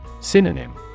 Synonym